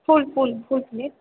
full full full plate